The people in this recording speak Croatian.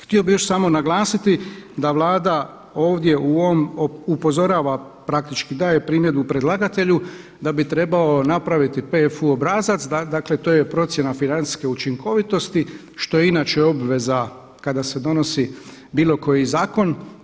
Htio bih još samo naglasiti da Vlada ovdje u ovom upozorava, praktički daje primjedbu predlagatelju da bi trebao napraviti PFU obrazac, dakle to je procjena financijske učinkovitosti što je inače obveza kada se donosi bilo koji zakon.